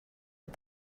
but